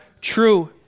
true